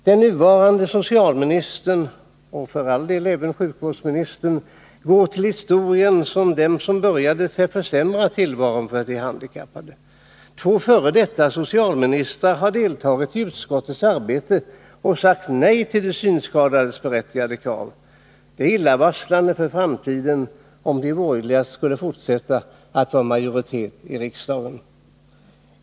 Den nuvarande socialministern, och för all del även sjukvårdsministern, går till historien som den som började försämra tillvaron för de handikappade. Två f. d. socialministrar har deltagit i utskottets arbete och sagt nej till de synskadades berättigade krav. Det är illavarslande för framtiden om de borgerliga skall fortsätta att ha majoritet i riksdagen.